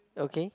okay